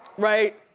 right?